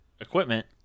equipment